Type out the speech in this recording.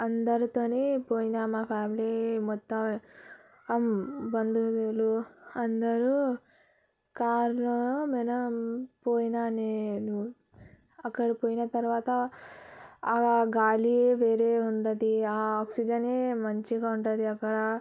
అందరితో పోయిన మా ఫ్యామిలీ మొత్తం బంధువులు అందరు కార్లో పోయినా నేను అక్కడ పోయిన తర్వాత ఆ గాలి వేరే ఉన్నది ఆ ఆక్సిజన్ యే మంచిగా ఉంటుంది అక్కడ